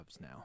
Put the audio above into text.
now